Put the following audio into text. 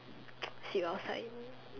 sleep outside